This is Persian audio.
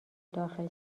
داخل